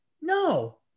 No